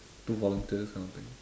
to volunteer this kind of thing